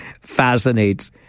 fascinates